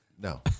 No